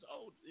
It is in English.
old